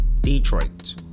Detroit